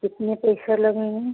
कितने पैसे लगेंगे